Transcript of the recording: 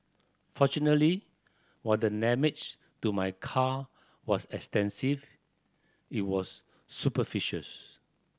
fortunately while the damage to my car was extensive it was superficials